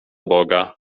boga